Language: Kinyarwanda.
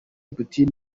putin